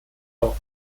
auch